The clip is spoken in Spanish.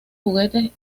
juguetes